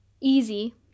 easy